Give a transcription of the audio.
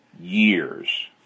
years